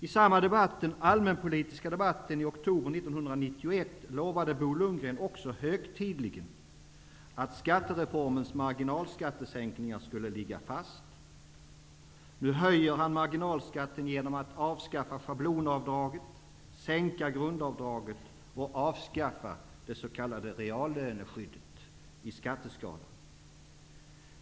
I samma debatt - den allmänpolitiska debatten i oktober 1991 - lovade Bo Lundgren högtidligen också att skattereformens marginalskattesänkningar skulle ligga fast. Nu höjer han marginalskatten genom att avskaffa schablonavdraget, sänka grundavdraget och avskaffa det s.k. reallöneskyddet i skatteskalan.